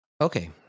Okay